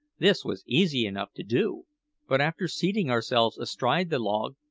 this was easy enough to do but after seating ourselves astride the log,